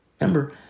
Remember